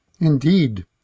indeed